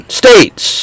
states